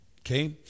okay